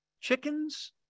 chickens